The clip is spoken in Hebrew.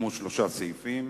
שלושה סעיפים: